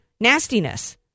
nastiness